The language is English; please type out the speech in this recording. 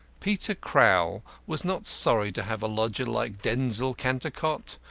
peter crowl was not sorry to have a lodger like denzil cantercot,